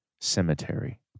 Cemetery